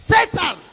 Satan